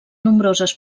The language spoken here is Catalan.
nombroses